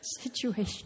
situation